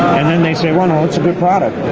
and then they say, well, no, it's a good product.